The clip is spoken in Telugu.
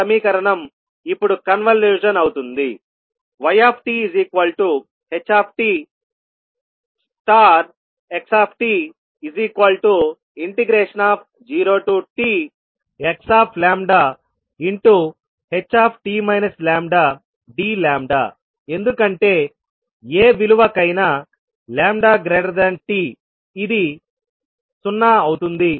పై సమీకరణం ఇప్పుడు కన్వల్యూషన్ అవుతుందిythtxt0txht λdλ ఎందుకంటే ఏ విలువ కైనా t ఇది 0 అవుతుంది